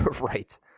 Right